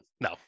no